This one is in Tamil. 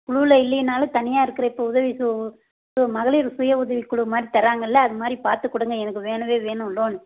குழுவுல இல்லைன்னாலும் தனியாக இருக்கிற இப்போ உதவி கு மகளிர் சுய உதவிக்குழு மாதிரி தராங்கள்லே அதுமாதிரி பார்த்துக் கொடுங்க எனக்கு வேணவே வேணும் லோன்